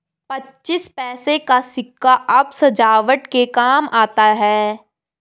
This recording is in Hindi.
पच्चीस पैसे का सिक्का अब सजावट के काम आता है